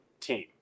team